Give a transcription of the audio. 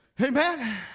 Amen